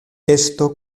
esto